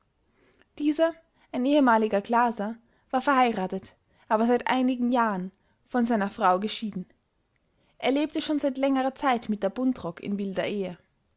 dieser ein ehemaliger glaser war verheiratet aber seit einigen jahren ren von seiner frau geschieden er lebte schon seit längerer zeit mit der buntrock in wilder ehe